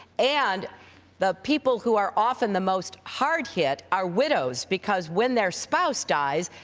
and the people who are often the most hard-hit are widows, because when their spouse dies,